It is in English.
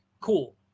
cool